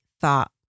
thought